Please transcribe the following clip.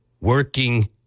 Working